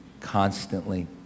constantly